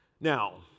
Now